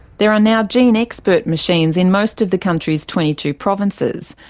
there are now genexpert machines in most of the country's twenty two provinces,